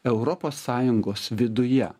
europos sąjungos viduje